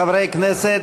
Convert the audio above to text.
חברי הכנסת,